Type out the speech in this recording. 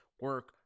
Work